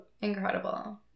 Incredible